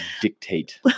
dictate